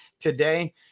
today